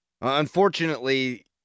Unfortunately